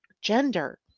gender